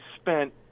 spent